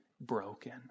broken